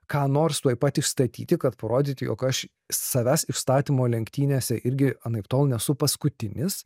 ką nors tuoj pat išstatyti kad parodyti jog aš savęs išstatymo lenktynėse irgi anaiptol nesu paskutinis